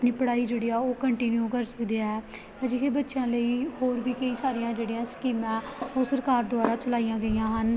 ਆਪਣੀ ਪੜ੍ਹਾਈ ਜਿਹੜੀ ਆ ਉਹ ਕੰਟੀਨਿਊ ਕਰ ਸਕਦੇ ਆ ਅਜਿਹੇ ਬੱਚਿਆਂ ਲਈ ਹੋਰ ਵੀ ਕਈ ਸਾਰੀਆਂ ਜਿਹੜੀਆਂ ਸਕੀਮਾਂ ਉਹ ਸਰਕਾਰ ਦੁਆਰਾ ਚਲਾਈਆਂ ਗਈਆਂ ਹਨ